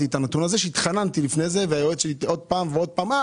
לפני כן התחננתי והיועץ שלי ביקש שוב ושוב.